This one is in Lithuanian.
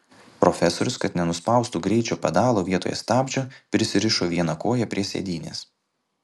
profesorius kad nenuspaustų greičio pedalo vietoj stabdžio prisirišo vieną koją prie sėdynės